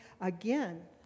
Again